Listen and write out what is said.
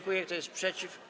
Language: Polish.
Kto jest przeciw?